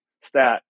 stat